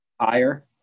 higher